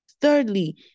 Thirdly